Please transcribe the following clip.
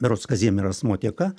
berods kazimieras motieka